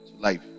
life